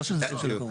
לא דברים שלא קרו.